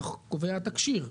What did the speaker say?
כך קובע התקשי"ר,